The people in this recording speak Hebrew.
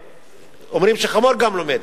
אומרים שחמור גם לומד.